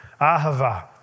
ahava